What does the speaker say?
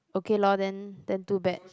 okay lor then then too bad